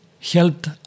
helped